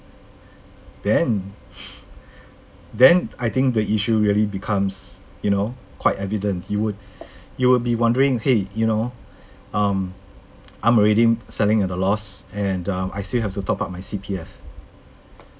then then I think the issue really becomes you know quite evident you would you would be wondering !hey! you know um I'm already selling at a loss and uh I still have to top up my C_P_F